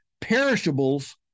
perishables—